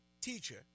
teacher